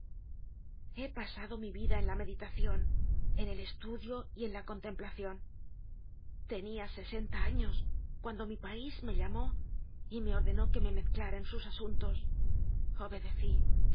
he pasado mi vida en la meditacion en el estudio y en la contemplacion tenia sesenta años cuando mi país me llamó y me ordenó que me mezclara en sus asuntos obedecí habia